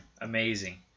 amazing